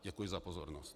Děkuji za pozornost.